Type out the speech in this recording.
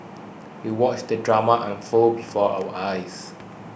we watched the drama unfold before our eyes